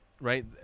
right